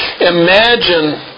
Imagine